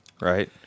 right